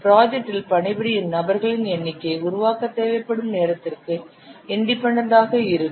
ப்ராஜெக்டில் பணிபுரியும் நபர்களின் எண்ணிக்கை உருவாக்க தேவைப்படும் நேரத்திற்கு இன்டிபென்டன்ட் ஆக இருக்கும்